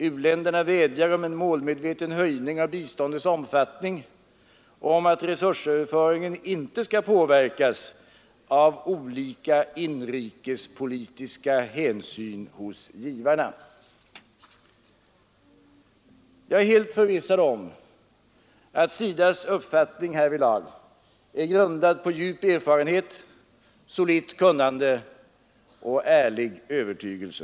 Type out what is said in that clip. U-länderna vädjar om en målmedveten höjning av biståndets omfattning och om att resursöverföringen inte skall påverkas av olika inrikespolitiska hänsyn hos givarna.” Jag är helt förvissad om att SIDA:s uppfattning härvidlag är grundad på djup erfarenhet, solitt kunnande och ärlig övertygelse.